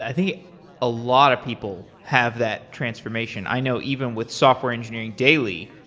i think a lot of people have that transformation. i know even with software engineering daily,